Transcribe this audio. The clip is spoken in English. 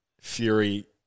Fury